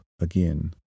again